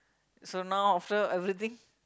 so now after everything